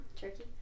Turkey